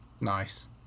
Nice